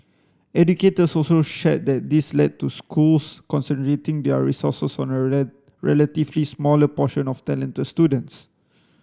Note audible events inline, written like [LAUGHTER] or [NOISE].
educators also shared that this led to schools concentrating their resources on a [UNINTELLIGIBLE] relatively smaller portion of talented students